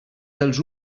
dels